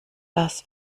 das